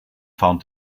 found